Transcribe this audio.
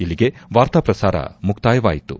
ಇಲ್ಲಿಗೆ ವಾರ್ತಾ ಪ್ರಸಾರ ಮುಕ್ತಾಯವಾಯಿತು